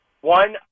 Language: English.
one